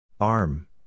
Arm